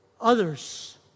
others